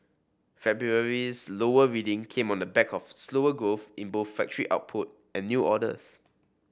February's lower reading came on the back of slower growth in both factory output and new orders